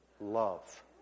love